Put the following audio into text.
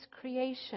creation